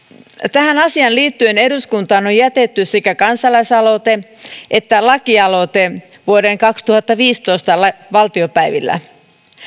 tähän asiaan liittyen eduskuntaan on on jätetty sekä kansalaisaloite että lakialoite vuoden kaksituhattaviisitoista valtiopäivillä